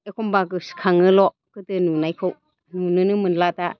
एखनबा गोसोखाङोल' गोदो नुनायखौ नुनोनो मोनला दा